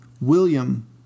William